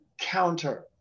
counter